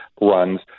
runs